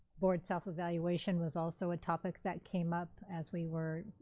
board self-evaluation was also a topic that came up as we were